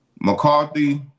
McCarthy